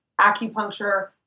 acupuncture